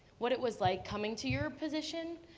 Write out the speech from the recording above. what it was like coming to your position,